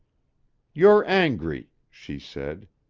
you're angry, she said.